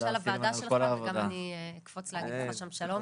גם אני אקפוץ להגיד לך שם שלום.